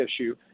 issue